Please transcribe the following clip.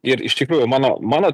ir iš tikrųjų mano mano